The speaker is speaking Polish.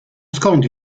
skąd